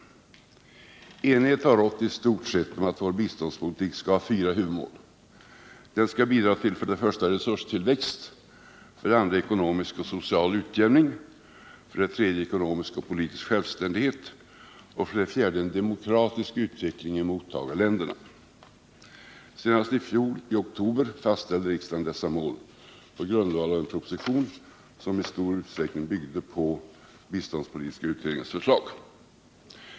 Enighet har i stort sett rått om att vår biståndspolitik skall ha fyra huvudmål. Den skall bidra till för det första resurstillväxt, för det andra ekonomisk och social utjämning, för det tredje ekonomisk och politisk självständighet och för det fjärde en demokratisk utveckling i mottagarländerna. Senast i oktober i fjol fastställde riksdagen dessa mål på grundval av en proposition, som istor utsträckning byggde på biståndspolitiska utredningens förslag.